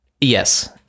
Yes